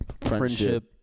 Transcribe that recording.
friendship